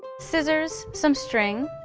scissors, some string,